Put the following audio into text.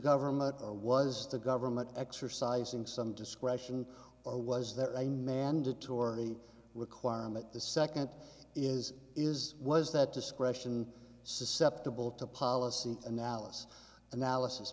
government or was the government exercising some discretion or was there a mandatory requirement the second is is was that discretion susceptible to policy analysis analysis